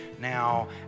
now